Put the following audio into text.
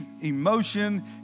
emotion